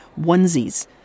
onesies